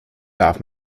darf